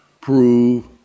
Prove